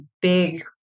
big